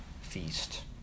feast